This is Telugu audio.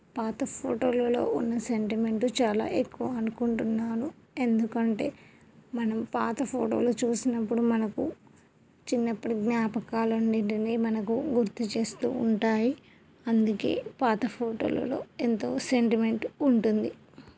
పాత ఫోటోలలో ఉన్న సెంటిమెంటు చాలా ఎక్కువ అనుకుంటున్నాను ఎందుకంటే మనం పాత ఫోటోలు చూసినప్పుడు మనకు చిన్నప్పుడి జ్ఞాపకాలు అన్నింటినీ మనకు గుర్తు చేస్తూ ఉంటాయి అందుకే పాత ఫోటోలలో ఎంతో సెంటిమెంట్ ఉంటుంది